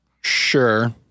Sure